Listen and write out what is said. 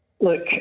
Look